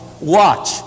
Watch